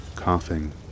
Coughing